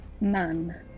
Man